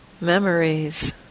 memories